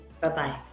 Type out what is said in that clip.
Bye-bye